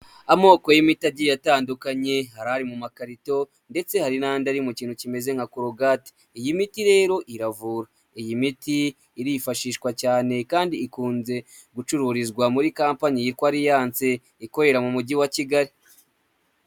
Amoko y'imiti ajyiye atandukanye, hari ari mu makarito ndetse hari n'andi ari mu kintu kimeze nka corogate. Iyi miti rero iravura. Iyi miti irifashishwa cyane kandi ikunze gucururizwa muri companyi yitwa Alliance ikorera mu Mujyi wa Kigali.